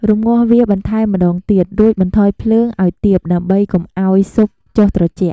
រំងាស់វាបន្ថែមម្តងទៀត រួចបន្ថយភ្លើងឱ្យទាបដើម្បីកុំឱ្យស៊ុបចុះត្រជាក់។